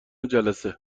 جلسه